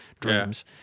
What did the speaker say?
Dreams